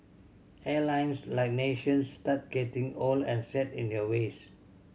airlines like nations start getting old and set in their ways